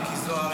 מיקי זוהר,